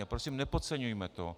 A prosím, nepodceňujme to.